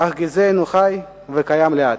אך גזענו חי וקיים לעד.